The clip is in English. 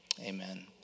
Amen